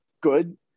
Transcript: good